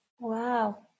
Wow